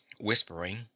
whispering